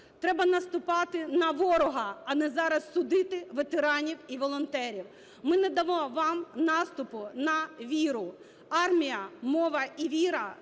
Треба наступати на ворога, а не зараз судити ветеранів і волонтерів. Ми не дамо вам наступу на віру. Армія, мова і віра